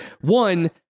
One